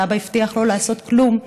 ואבא הבטיח שלא לעשות כלום,